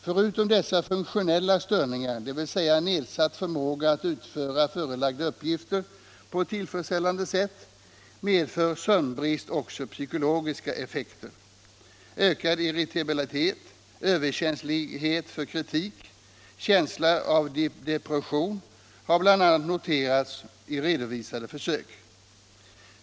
Förutom dessa funktionella störningar, dvs. nedsatt förmåga att utföra förelagda uppgifter på ett tillfredsställande sätt, medför sömnbrist också psykologiska effekter. Ökad irritabilitet, överkänslighet för kritik och känsla av depression har bl.a. noterats i redovisade försök.